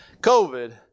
COVID